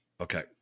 Okay